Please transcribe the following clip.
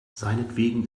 seinetwegen